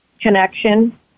connection